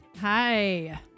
Hi